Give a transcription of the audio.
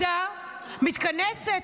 אתם האשמים.